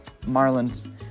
marlins